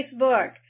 Facebook